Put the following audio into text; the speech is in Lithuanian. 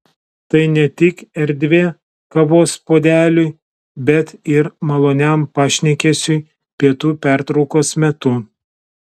tai ne tik erdvė kavos puodeliui bet ir maloniam pašnekesiui pietų pertraukos metu